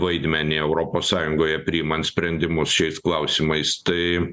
vaidmenį europos sąjungoje priimant sprendimus šiais klausimais tai